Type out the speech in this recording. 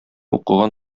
укыган